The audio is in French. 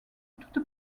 toute